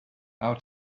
how